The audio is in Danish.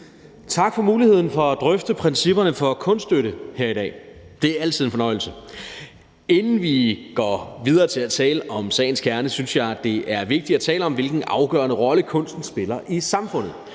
Tak for muligheden for at drøfte principperne for kunststøtte her i dag. Det er altid en fornøjelse. Inden vi går videre til at tale om sagens kerne, synes jeg det er vigtigt at tale om, hvilken afgørende rolle kunsten spiller i samfundet.